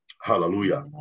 Hallelujah